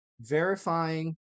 Verifying